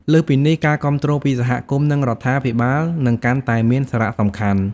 លើសពីនេះ ការគាំទ្រពីសហគមន៍ និងរដ្ឋាភិបាល នឹងកាន់តែមានសារៈសំខាន់។